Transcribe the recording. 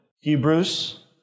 Hebrews